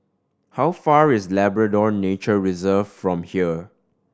how far away is Labrador Nature Reserve from here